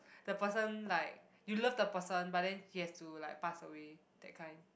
the person like you love the person but then he has to like pass away that kind